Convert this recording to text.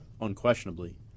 unquestionably